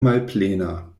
malplena